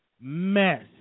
mess